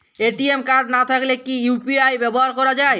ATM card না থাকলে কি ইউ.পি.আই ব্যবহার করা য়ায়?